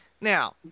Now